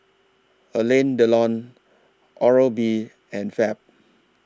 Alain Delon Oral B and Fab